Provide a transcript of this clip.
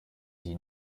die